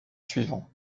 suivants